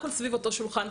הכול סביב אותו שולחן,